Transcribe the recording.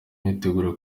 myiteguro